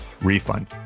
refund